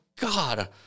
god